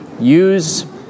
use